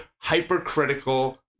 hypercritical